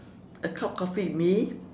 a cup of coffee with me